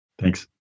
Thanks